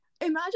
Imagine